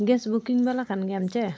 gas booking ᱵᱟᱞᱟ ᱠᱟᱱ ᱜᱮᱭᱟᱢ ᱪᱮ